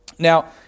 Now